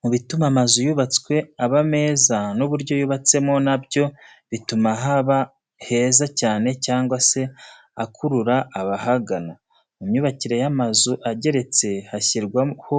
Mu bituma amazu yubatswe aba meza n'uburyo yubatsemo na byo bituma haba heza cyane cyangwa se akurura abahagana. Mu myubakire y'amazu ageretse hashyirwaho